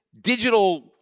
digital